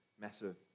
massive